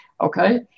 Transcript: okay